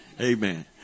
Amen